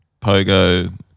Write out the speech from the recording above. pogo